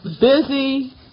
Busy